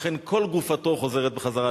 ולכן כל גופתו חוזרת בחזרה.